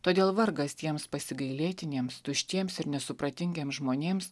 todėl vargas tiems pasigailėtiniems tuštiems ir nesupratingiems žmonėms